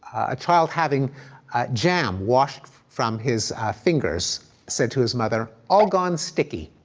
a child having jam washed from his fingers said to his mother all gone sticky.